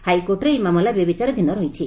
ହାଇକୋର୍ଟରେ ଏହି ମାମଲା ଏବେ ବିଚାରାଧିନ ରହିଛି